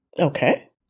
Okay